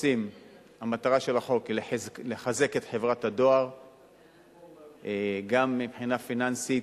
המטרה של החוק היא לחזק את חברת הדואר גם מבחינה פיננסית,